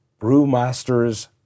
brewmasters